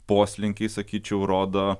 poslinkiai sakyčiau rodo